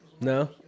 No